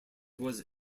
was